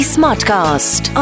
Smartcast